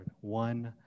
One